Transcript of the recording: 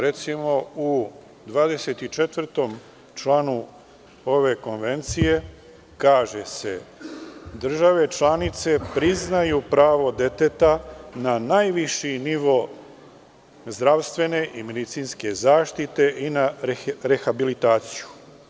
Recimo, u članu 24. ove konvencije kaže se – države članice priznaju prava deteta na najviši nivo zdravstvene i medicinske zaštite i na rehabilitaciju.